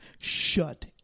Shut